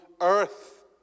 Earth